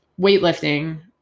weightlifting